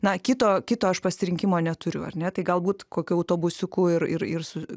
na kito kito aš pasirinkimo neturiu ar ne tai galbūt kokiu autobusiuku ir ir ir su